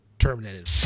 terminated